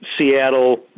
Seattle